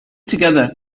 together